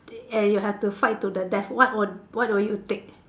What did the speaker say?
eh you have to fight to the death what would what would you take